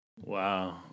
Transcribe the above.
Wow